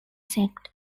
sect